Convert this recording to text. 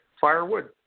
firewood